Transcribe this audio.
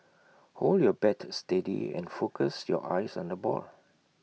hold your bat steady and focus your eyes on the ball